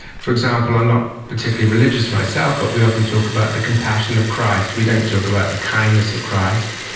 for example, i'm not particularly religious myself but we often talk about the compassion of christ, we don't talk about the kindness of christ.